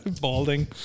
Balding